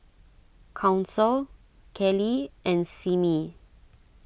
Council Keli and Simmie